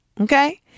Okay